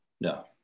No